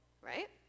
right